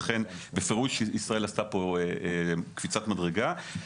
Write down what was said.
לכן בפירוש ישראל עשתה פה קפיצת מדרגה.